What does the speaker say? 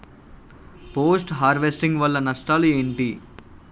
Post harvesting వల్ల నష్టాలు ఏంటి?